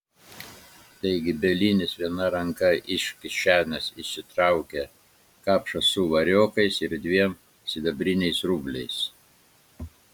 taigi bielinis viena ranka iš kišenės išsitraukė kapšą su variokais ir dviem sidabriniais rubliais